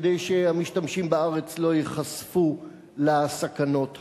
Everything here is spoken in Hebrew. כדי שהמשתמשים בארץ לא ייחשפו לסכנות הללו.